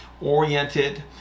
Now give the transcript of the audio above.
oriented